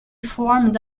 formed